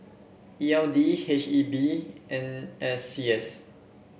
E L D H E B N S C S